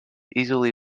easily